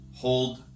hold